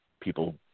people